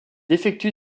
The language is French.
effectue